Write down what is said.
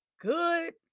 good